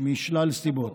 משלל סיבות.